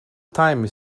time